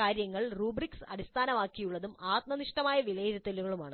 കാര്യങ്ങൾ റൂബ്രിക്സ് അടിസ്ഥാനമാക്കിയുള്ളതും ആത്മനിഷ്ഠമായ വിലയിരുത്തലുകളുമാണ്